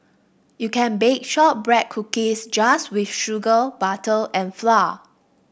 you can bake shortbread cookies just with sugar butter and flour